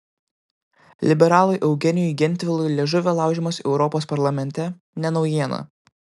liberalui eugenijui gentvilui liežuvio laužymas europos parlamente ne naujiena